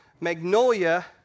Magnolia